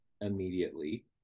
immediately